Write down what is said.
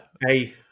Hey